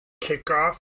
kickoff